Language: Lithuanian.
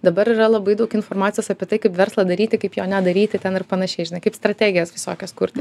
dabar yra labai daug informacijos apie tai kaip verslą daryti kaip jo nedaryti ten ir panašiai žinai kaip strategijas visokias kurti